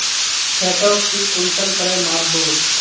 खेतोक ती कुंसम करे माप बो?